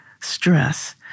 stress